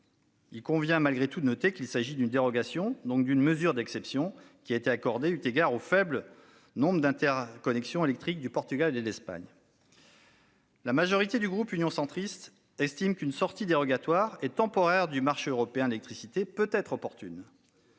Il convient malgré tout de noter qu'il s'agit d'une dérogation, donc une mesure d'exception, qui a été accordée eu égard au faible nombre d'interconnexions électriques du Portugal et de l'Espagne. La majorité du groupe Union Centriste estime qu'une sortie dérogatoire et temporaire du marché européen de l'électricité peut être opportune.